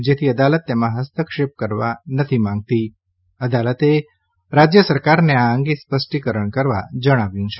જેથી અદાલત તેમાં હસ્તક્ષેપ કરવા નથી માંગતી અદાલતે રાજ્ય સરકારને આ અંગે સ્પષ્ટીકરણ આપવા જણાવ્યું છે